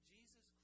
Jesus